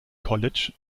college